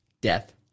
Death